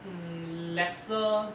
mm lesser